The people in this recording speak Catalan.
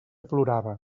plorava